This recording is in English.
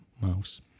mouse